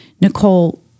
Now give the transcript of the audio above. Nicole